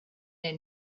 der